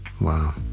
Wow